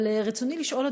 אבל רצוני לשאול,